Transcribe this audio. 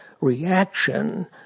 reaction